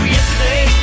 Yesterday